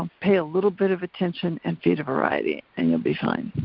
pay a little bit of attention and feed a variety and you'll be fine.